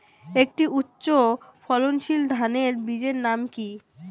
একটি উচ্চ ফলনশীল ধানের বীজের নাম কী?